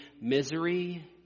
misery